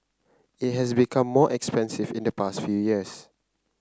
it has become more expensive in the past few years